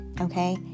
okay